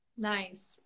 Nice